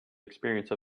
experience